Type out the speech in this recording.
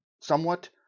somewhat